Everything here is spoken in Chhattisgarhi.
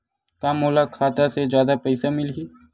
का मोला खाता से जादा पईसा मिलही?